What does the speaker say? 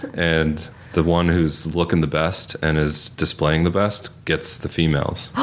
and the one who's looking the best and is displaying the best gets the females. aww.